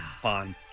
Fun